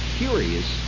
curious